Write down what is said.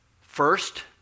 first